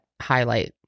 highlight